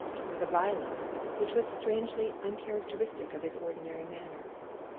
almost with a violence, which was strangely uncharacteristic of his ordinary manner.